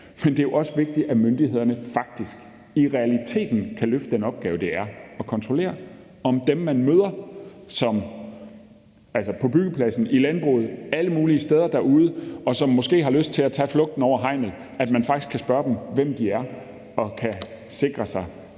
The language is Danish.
det jo er også vigtigt, at myndighederne faktisk i realiteten kan løfte den opgave, det er at kontrollere, hvem dem, man møder på byggepladsen og i landbruget, alle mulige steder derude, og som måske har lyst til at tage flugten over hegnet, er, at man faktisk kan spørge dem, og at man kan sikre sig,